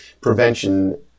prevention